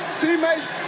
teammates